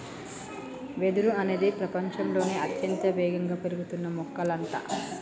వెదురు అనేది ప్రపచంలోనే అత్యంత వేగంగా పెరుగుతున్న మొక్కలంట